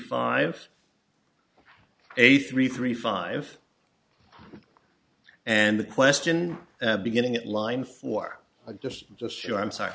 five eight three three five and the question beginning at line for a just just show i'm sorry